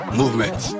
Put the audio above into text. movement